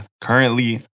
currently